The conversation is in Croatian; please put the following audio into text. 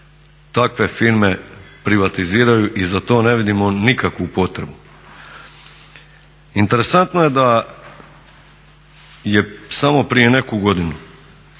takve firme privatiziraju i za to ne vidimo nikakvu potrebu. Interesantno je da je samo prije neku godinu